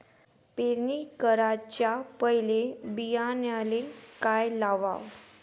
पेरणी कराच्या पयले बियान्याले का लावाव?